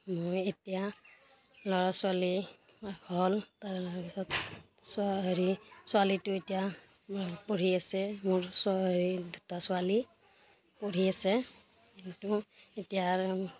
মই এতিয়া ল'ৰা ছোৱালী হ'ল তাৰ পিছত হেৰি ছোৱালীটো এতিয়া পঢ়ি আছে মোৰ হেৰি দুটা ছোৱালী পঢ়ি আছে কিন্তু এতিয়া আৰু